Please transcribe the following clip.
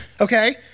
okay